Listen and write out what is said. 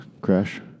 crash